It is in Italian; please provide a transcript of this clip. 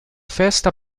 festa